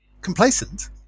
complacent